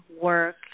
work